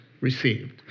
received